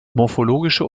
morphologische